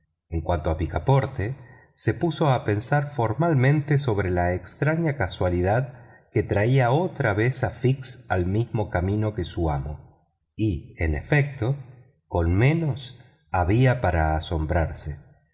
en cuanto a picaporte se puso a pensar formalmente sobre la extraña casualidad que traía otra vez a fix al mismo camino que su amo y en efecto con menos había para asombrarse